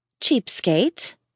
Cheapskate